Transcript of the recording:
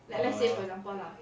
err